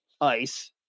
ice